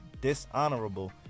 dishonorable